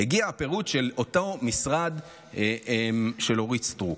הגיע הפירוט של אותו משרד של אורית סטרוק.